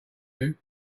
you